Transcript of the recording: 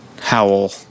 howl